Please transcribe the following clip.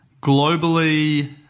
globally